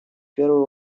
первую